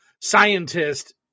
scientist